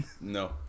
no